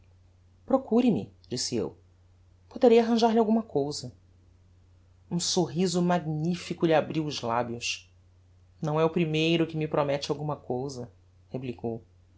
lábios não é o primeiro que me promette alguma cousa replicou